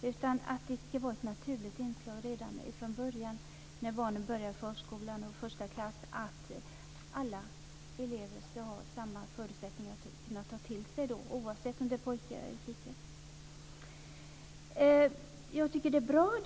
I stället ska det här vara ett naturligt inslag redan från början när barnen börjar i förskolan eller i första klass; alla elever ska ha samma förutsättningar att ta till sig saker, oavsett om det är pojkar eller flickor.